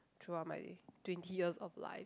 throughout my twenty years of life